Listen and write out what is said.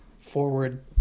forward